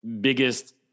Biggest